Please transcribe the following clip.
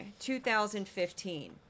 2015